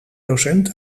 docent